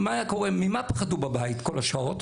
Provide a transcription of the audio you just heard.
ממה פחדו בבית כל השעות?